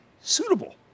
suitable